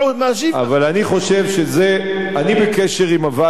אני בקשר עם ועד הפעולה.